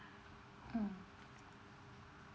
mm